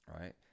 right